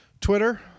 Twitter